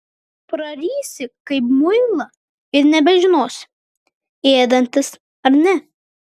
prarysi kaip muilą ir nebežinosi ėdantis ar ne